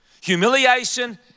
Humiliation